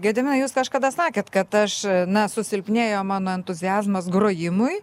gediminai jūs kažkada sakėt kad aš na susilpnėjo mano entuziazmas grojimui